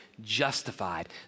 justified